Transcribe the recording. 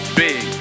big